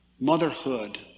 Motherhood